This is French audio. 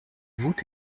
voûte